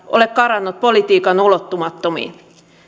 ole karannut politiikan ulottumattomiin